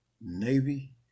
Navy